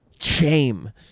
shame